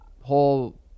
whole